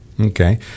Okay